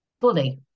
fully